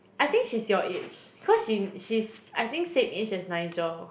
I think she's your age cause she in she's I think same age as Nigel